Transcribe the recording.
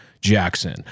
jackson